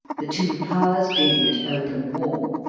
the two powers being at open war.